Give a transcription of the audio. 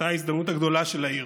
אתה ההזדמנות הגדולה של העיר.